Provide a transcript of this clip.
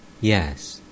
yes